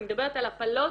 אני מדברת על הפלות